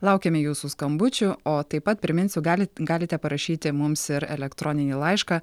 laukiame jūsų skambučių o taip pat priminsiu galit galite parašyti mums ir elektroninį laišką